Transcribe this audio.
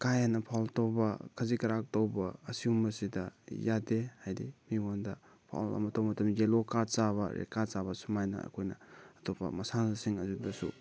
ꯀꯥ ꯍꯦꯟꯅ ꯐꯥꯎꯜ ꯇꯧꯕ ꯈꯖꯤꯛ ꯈꯔꯥꯛ ꯇꯧꯕ ꯑꯁꯤꯒꯨꯝꯕ ꯁꯤꯗ ꯌꯥꯗꯦ ꯍꯥꯏꯗꯤ ꯃꯤꯉꯣꯟꯗ ꯐꯥꯎꯜ ꯑꯃ ꯇꯧꯕ ꯃꯇꯝꯗ ꯌꯦꯜꯂꯣ ꯀꯥꯔꯗ ꯆꯥꯕ ꯔꯦꯗ ꯀꯥꯔꯗ ꯆꯥꯕ ꯁꯨꯃꯥꯏꯅ ꯑꯩꯈꯣꯏꯅ ꯑꯇꯣꯞꯄ ꯃꯁꯥꯟꯅꯁꯤꯡ ꯑꯗꯨꯗꯁꯨ